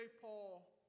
Paul